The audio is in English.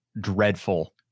dreadful